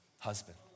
husband